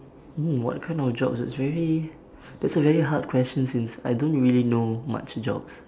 mm what kind of job it's really that's a very hard question since I don't really know much jobs